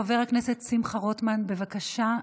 חבר הכנסת שמחה רוטמן, בבקשה.